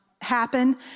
happen